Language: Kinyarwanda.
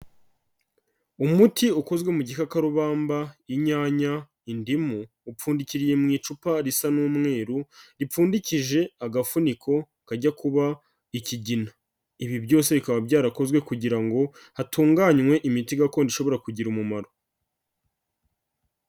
Umuti ukozwe mu gikakarubamba, inyanya, indimu, upfundikiriye mu icupa risa n'umweru, ripfundikije agafuniko kajya kuba ikigina, ibi byose bikaba byarakozwe kugira ngo hatunganywe imiti gakondo ishobora kugira umumaro.